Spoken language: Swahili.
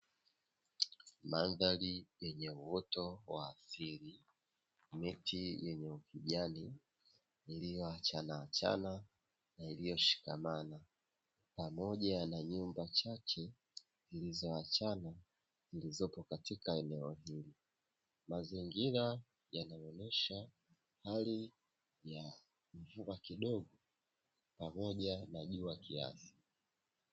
Mandhari yenye uoto wa asili michi yenye ukijani iliyo achanaachana na iliyoshikamana na pamoja na nyumba chache zilizoachana zilizopo katika eneo hilo mazingira yanaonesha hali ya jua kidogo pamoja na mvua kiasi.